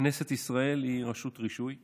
כנסת ישראל היא רשות רישוי עצמאית,